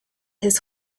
his